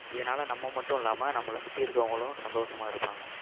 இதனால நம்ம மட்டும் இல்லாமல் நம்மளை சுற்றி இருக்கிறவங்களும் சந்தோசமாக இருப்பாங்க